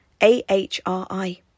AHRI